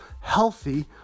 healthy